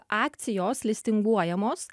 akcijos listinguojamos